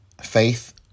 Faith